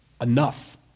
enough